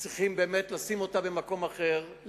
צריך לשים אותה במקום אחר,